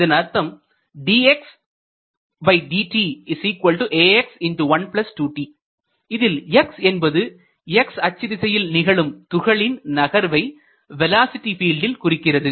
இதன் அர்த்தம் இதில் x என்பது x அச்சு திசையில் நிகழும் துகளின் நகர்வை வேலோஸிட்டி பீல்டில் குறிக்கின்றது